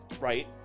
right